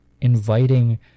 Inviting